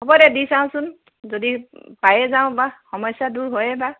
হ'ব দে দি চাওঁচোন যদি পায়েই যাওঁ বা সমস্যা দূৰ হয়েইবা